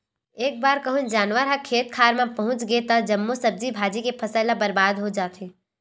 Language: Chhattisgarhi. एक बार कहूँ जानवर ह खेत खार मे पहुच गे त जम्मो सब्जी भाजी के फसल ह बरबाद हो जाथे